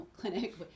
clinic